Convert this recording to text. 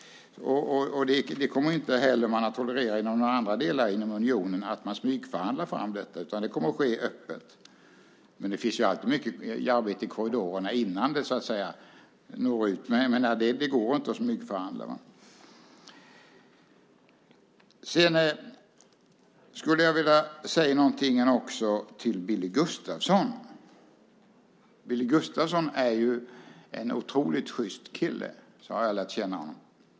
Inte heller i andra delar av unionen kommer man att tolerera att detta smygförhandlas fram, utan det kommer att ske öppet. Sedan sker mycket arbete i korridorerna innan det så att säga når ut, men det går inte att smygförhandla. Jag skulle också vilja säga något till Billy Gustafsson. Billy Gustafsson är ju en otroligt sjyst kille. Så har jag lärt känna honom.